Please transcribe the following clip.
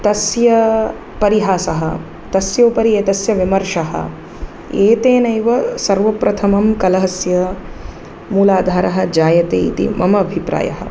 तस्य परिहासः तस्य उपरि एतस्य विमर्षः एतेनैव सर्वप्रथमं कलहस्य मूलाधारः जायते इति मम अभिप्रायः